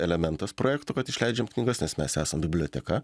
elementas projekto kad išleidžiam knygas nes mes esam biblioteka